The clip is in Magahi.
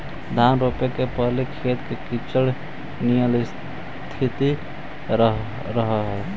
धान रोपे के पहिले खेत में कीचड़ निअन स्थिति रहऽ हइ